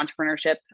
entrepreneurship